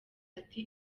ati